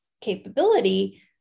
capability